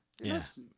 Yes